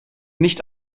nicht